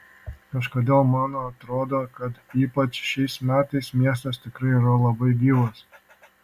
kažkodėl mano atrodo kad ypač šiais metais miestas tikrai yra labai gyvas